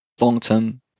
long-term